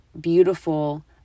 beautiful